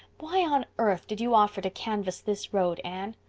why on earth did you offer to canvass this road, anne?